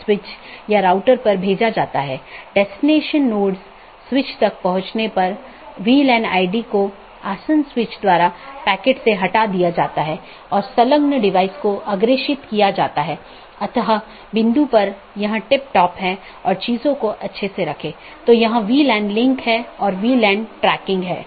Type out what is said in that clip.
यह feature BGP साथियों को एक ही विज्ञापन में कई सन्निहित रूटिंग प्रविष्टियों को समेकित करने की अनुमति देता है और यह BGP की स्केलेबिलिटी को बड़े नेटवर्क तक बढ़ाता है